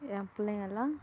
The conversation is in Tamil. என் பிள்ளைங்கள்லாம்